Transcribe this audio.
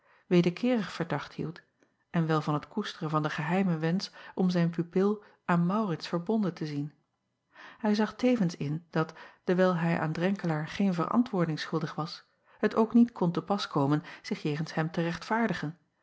wederkeerig verdacht hield en wel van het koesteren van den geheimen wensch om zijn pupil aan aurits verbonden te zien ij zag tevens in dat dewijl hij aan renkelaer geen verantwoording schuldig was het ook niet kon te pas komen zich jegens hem te rechtvaardigen